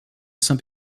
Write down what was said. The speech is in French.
saint